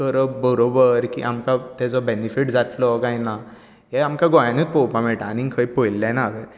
करप बरोबर की आमकां तेचो बॅनीफिट जातलो कांय ना हें आमकां गोंयानूच पळोवपाक मेळटा आनीक खंय पळयल्लें ना हांवेंन